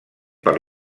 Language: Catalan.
per